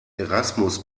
erasmus